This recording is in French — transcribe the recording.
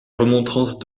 remontrances